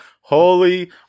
Holy